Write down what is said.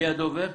מי הדובר?